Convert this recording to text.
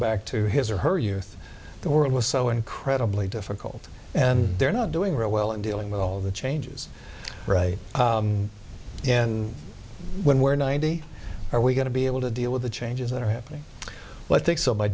back to his or her youth the world was so incredibly difficult and they're not doing real well and dealing with all the changes right and when we're ninety are we going to be able to deal with the changes that are happening w